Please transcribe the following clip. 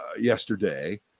yesterday